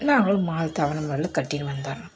நாங்களும் மாதத் தவணை முறையில் கட்டின்னு வந்தர்றோம்